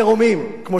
אדוני שר המשפטים,